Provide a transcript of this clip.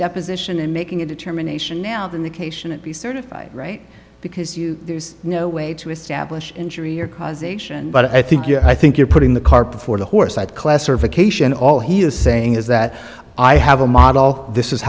deposition and making a determination now then the k shouldn't be certified right because you know way to establish injury or causation but i think you know i think you're putting the cart before the horse i'd class or vacation all he is saying is that i have a model this is